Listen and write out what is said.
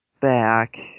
back